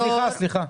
סליחה.